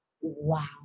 wow